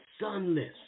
sunless